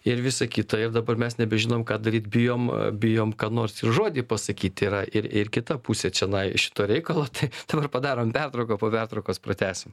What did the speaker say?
ir visą kita ir dabar mes nebežinom ką daryt bijom bijom ką nors ir žodį pasakyti yra ir ir kita pusė čianai šito reikalo tai dabar padarom pertrauką po pertraukos pratęsim